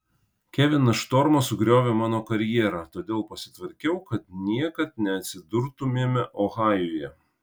kevinas štormas sugriovė mano karjerą todėl pasitvarkiau kad niekad neatsidurtumėme ohajuje